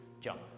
jump